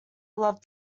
love